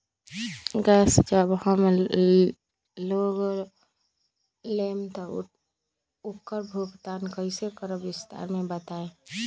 Gas जब हम लोग लेम त उकर भुगतान कइसे करम विस्तार मे बताई?